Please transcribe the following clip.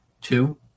Two